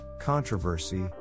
controversy